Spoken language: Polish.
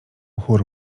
chór